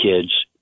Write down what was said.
kids